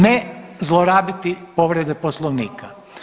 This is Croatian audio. Ne zlorabiti povrede Poslovnika.